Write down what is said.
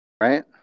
right